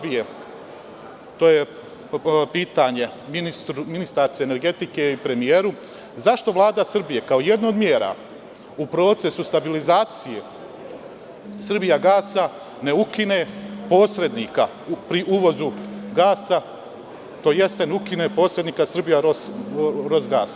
Pitanje ministarki energetike i premijeru- zašto Vlada Srbije kao jednu od mera u procesu stabilizacije „Srbijagasa“ ne ukine posrednika pri uvozu gasa tj. ne ukine posrednika „Jurosgas“